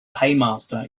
paymaster